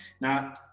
now